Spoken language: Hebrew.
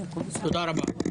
תודה רבה.